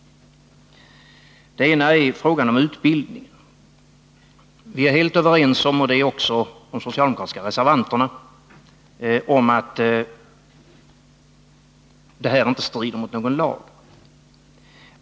Den ena är frågan om utbildningen. Vi är helt överens om — och det är också de socialdemokratiska reservanterna — att detta inte strider mot någon lag.